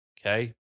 Okay